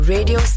Radio